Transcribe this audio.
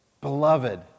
Beloved